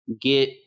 get